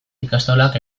ikastolak